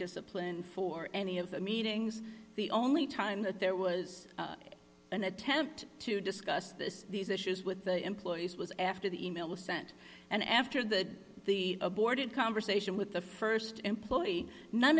discipline for any of the meetings the only time that there was an attempt to discuss this these issues with the employees was after the e mail was sent and after that the aborted conversation with the st employee none